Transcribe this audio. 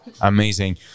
Amazing